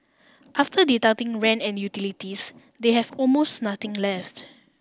after deducting rent and utilities they have almost nothing left